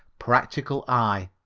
practical eye.